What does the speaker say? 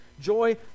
joy